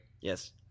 Yes